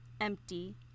Empty